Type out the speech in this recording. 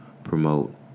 promote